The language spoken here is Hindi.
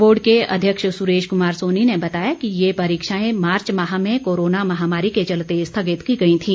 बोर्ड के अध्यक्ष सुरेश कुमार सोनी ने बताया कि ये परीक्षाएं मार्च माह में कोरोना महामारी के चलते स्थगित की गई थी